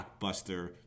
blockbuster